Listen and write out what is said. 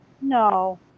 No